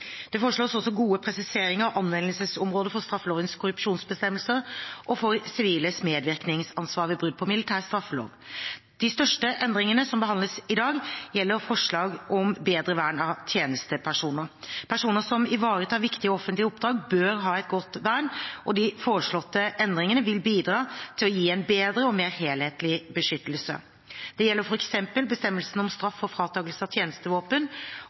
Det foreslås også gode presiseringer og anvendelsesområder for straffelovens korrupsjonsbestemmelser og for siviles medvirkningsansvar ved brudd på militær straffelov. De største endringene som behandles i dag, gjelder forslag om bedre vern av tjenestepersoner. Personer som ivaretar viktige offentlige oppdrag, bør ha et godt vern, og de foreslåtte endringene vil bidra til å gi en bedre og mer helhetlig beskyttelse. Det gjelder f.eks. bestemmelsene om straff og fratakelse av tjenestevåpen